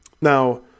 Now